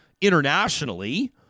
internationally